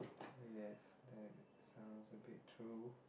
yes that sounds a bit true